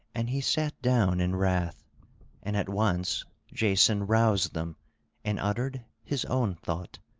and he sat down in wrath and at once jason roused them and uttered his own thought